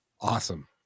awesome